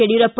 Yediyurappa